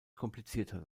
komplizierter